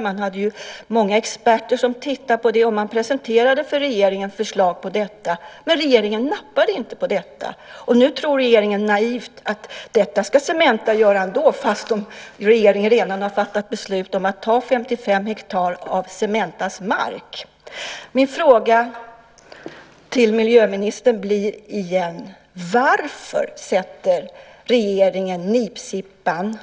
Man hade många experter som tittade på detta, och man presenterade förslag för regeringen - men regeringen nappade inte. Nu tror regeringen naivt att detta ska Cementa göra ändå fastän regeringen redan har fattat beslut om att ta 55 hektar av Cementas mark. Min fråga till miljöministern blir igen: Varför sätter regeringen nipsippan